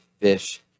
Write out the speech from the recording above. fish